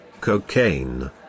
Cocaine